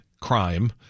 crime